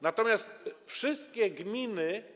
natomiast wszystkie gminy.